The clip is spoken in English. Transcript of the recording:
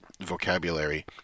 vocabulary